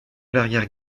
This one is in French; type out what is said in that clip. l’arrière